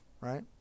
right